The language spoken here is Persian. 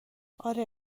آره